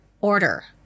order